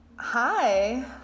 Hi